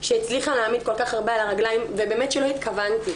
שהצליחה להעמיד כל כך הרבה על הרגליים ובאמת שלא התכוונתי.